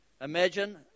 Imagine